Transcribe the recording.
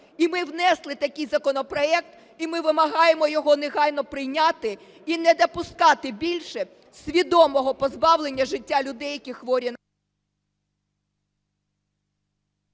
І ми внесли такий законопроект, і ми вимагаємо його негайно прийняти і не допускати більше свідомого позбавлення життя людей, які хворі…